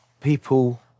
people